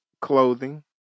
clothing